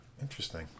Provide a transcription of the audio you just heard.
Interesting